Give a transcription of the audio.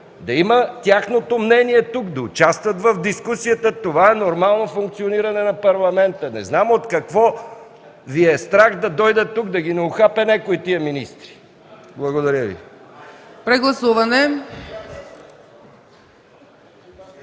тук тяхното мнение, да участват в дискусията – това е нормалното функциониране на Парламента. Не знам от какво Ви е страх да дойдат тук, да ги не ухапе някой тези министри. Благодаря. ПРЕДСЕДАТЕЛ